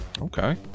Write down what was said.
Okay